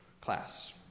class